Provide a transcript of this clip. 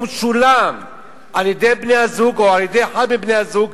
שולם על-ידי בני-הזוג או על-ידי אחד מבני-הזוג,